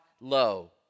low